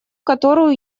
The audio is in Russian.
которую